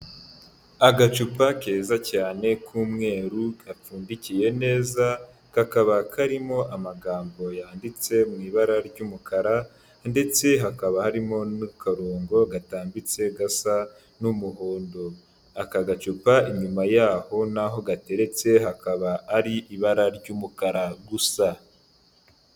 Agacupa keza cyane k'umweru gacundikiye neza, kakaba karimo amagambo yanditse mu ibara ry'umukara ndetse hakaba harimo n'akarongo gatambitse gasa n'umuhondo, aka gacupa inyuma yaho n'aho gateretse hakaba ari ibara ry'umukara gusa.